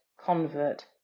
convert